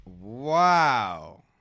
Wow